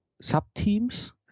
sub-teams